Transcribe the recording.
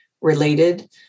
related